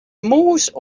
mûs